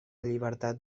llibertat